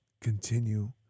continue